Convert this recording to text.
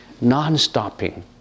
non-stopping